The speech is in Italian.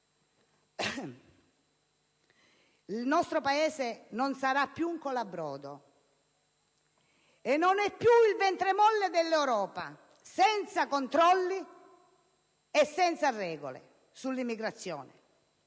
il nostro Paese non sarà più un colabrodo, non è più il ventre molle dell'Europa, senza controlli e senza regole sull'immigrazione!